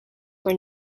were